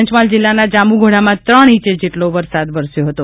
પંચમહાલ જિલ્લાનાં જાંબુઘોડામાં ત્રણ ઇંચ જેટલો વરસાદ વરસ્યો હતો